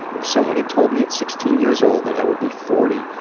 if someone had told me at sixteen years old that i would be forty,